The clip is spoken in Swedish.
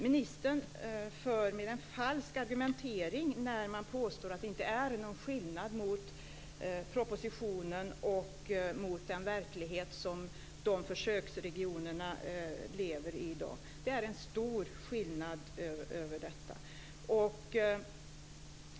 Ministerns argumentering är falsk när han påstår att det inte är någon skillnad mellan det som står i propositionen och den verklighet som försöksregionerna lever i i dag. Det är en stor skillnad mellan dessa saker.